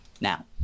Now